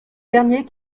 dernier